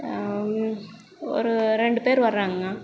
ஒரு ரெண்டு பேர் வராங்கங்க